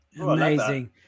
Amazing